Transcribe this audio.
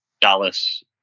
Dallas